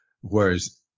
whereas